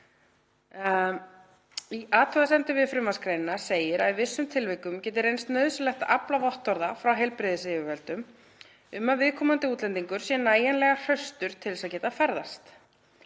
Í athugasemdum við frumvarpsgreinina segir að í vissum tilvikum geti reynst nauðsynlegt að afla vottorða frá heilbrigðisyfirvöldum um að viðkomandi útlendingur sé nægilega hraustur til að geta ferðast.